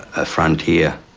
a frontier